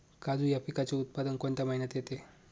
काजू या पिकाचे उत्पादन कोणत्या महिन्यात येते?